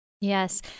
Yes